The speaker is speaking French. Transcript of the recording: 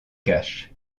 cache